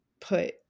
put